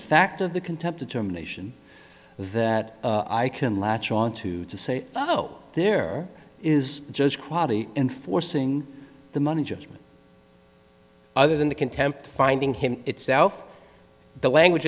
fact of the contempt a determination that i can latch onto to say oh there is judge quality enforcing the money judgment other than the contempt finding him itself the language